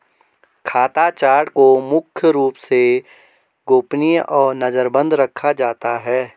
खाता चार्ट को मुख्य रूप से गोपनीय और नजरबन्द रखा जाता है